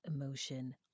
emotion